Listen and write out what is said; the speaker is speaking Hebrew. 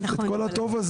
את כל הטוב הזה.